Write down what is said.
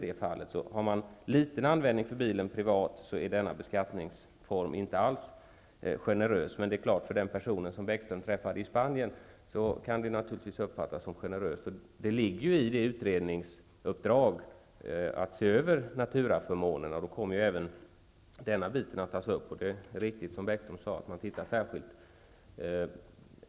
Har man bara litet användning av bilen privat är denna beskattningsform således alls inte generös. Men när det gäller exempelvis den person som Lars Bäckström träffade i Spanien kan beskattningen naturligtvis uppfattas som generös. I utredningsuppdraget ligger ju också översynen av naturaförmånerna. Då tas även den här biten upp.